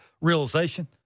realization